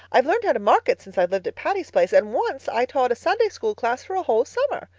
i've learned how to market since i've lived at patty's place and once i taught a sunday school class for a whole summer.